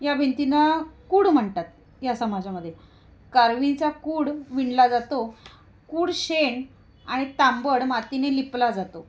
या भिंतीना कुड म्हणतात या समाजामध्ये कारवीचा कुड विणला जातो कुड शेण आणि तांबड मातीने लिपला जातो